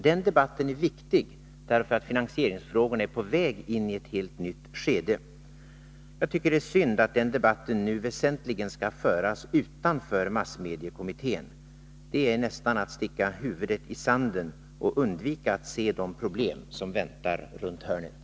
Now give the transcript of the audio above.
Den debatten är viktig därför att finansieringsfrågorna är på väg in i ett helt nytt skede. Jag tycker att det är synd att man ger direktiv som innebär att den debatten nu väsentligen skall föras utanför massmediekommittén. Det är nästan att sticka huvudet i sanden och undvika att se de problem som väntar runt hörnet.